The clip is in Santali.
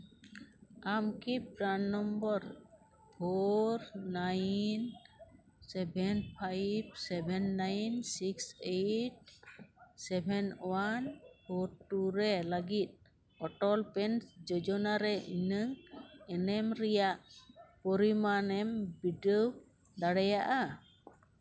ᱟᱢᱠᱤ ᱯᱨᱟᱱ number four nine seven five seven nine six eight seven one oh two ᱨᱮ ᱞᱟᱹᱜᱤᱫ ᱳᱴᱳᱞ ᱯᱮᱱᱥ ᱡᱳᱡᱚᱱᱟᱨᱮ ᱤᱧᱟᱹᱜ ᱮᱱᱮᱢ ᱨᱮᱭᱟᱜ ᱯᱚᱨᱤᱢᱟᱱᱮᱢ ᱵᱤᱰᱟᱹᱣ ᱫᱟᱲᱮᱭᱟᱜᱼᱟ